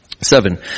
seven